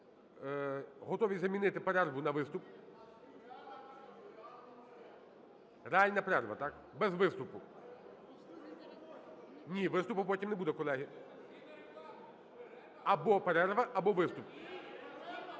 готові замінити перерву на виступ. Реальна перерва, так, без виступу? Ні, виступу потім не буде, колеги. (Шум у залі) Або перерва, або виступ.